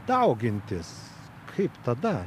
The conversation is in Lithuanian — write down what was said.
daugintis kaip tada